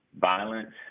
violence